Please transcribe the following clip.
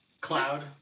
Cloud